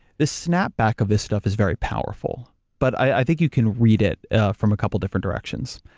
the snapback of this stuff is very powerful, but i think you can read it from a couple different directions.